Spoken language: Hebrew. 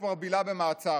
כבר בילה במעצר,